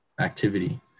activity